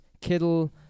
Kittle